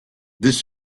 this